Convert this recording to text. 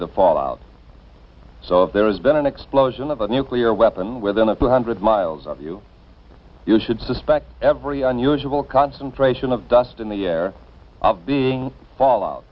the fallout so if there's been an explosion of a nuclear weapon within a few hundred miles of you you should suspect every unusual concentration of dust in the air being foll